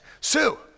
Sue